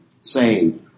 saved